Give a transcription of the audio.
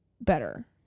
better